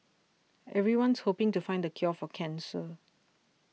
everyone's hoping to find the cure for cancer